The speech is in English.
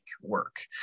work